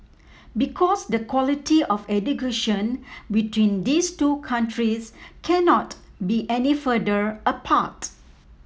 because the quality of education between these two countries cannot be any further apart